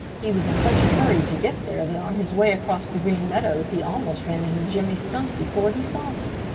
he was in such a hurry to get there that on his way across the green meadows he almost ran into jimmy skunk before he saw him.